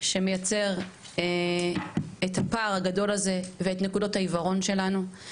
שמייצר את הפער הגדול הזה ואת נקודות העיוורון שלנו.